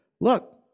look